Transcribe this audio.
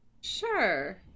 Sure